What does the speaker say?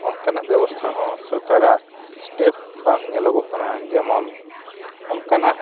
ᱚᱱᱠᱟᱱᱟᱜ ᱵᱮᱵᱚᱥᱛᱷᱟ ᱦᱚᱸ ᱥᱚᱨᱠᱟᱨᱟᱜ ᱵᱟᱝ ᱧᱮᱞᱚᱜᱚᱜ ᱠᱟᱱᱟ ᱡᱮᱢᱚᱱ ᱚᱱᱠᱟᱱᱟᱜ